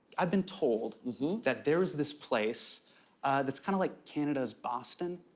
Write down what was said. i've been told that there is this place that's kind of like canada's boston.